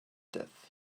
death